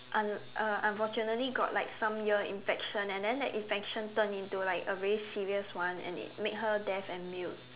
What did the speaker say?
un~ uh unfortunately got like some ear infection and then that infection turned into like a really serious one and then it made her deaf and mute